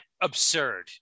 absurd